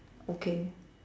okay